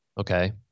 Okay